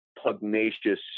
pugnacious